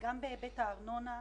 גם בהיבט הארנונה,